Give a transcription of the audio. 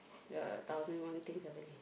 ya thousand and one things ah Belly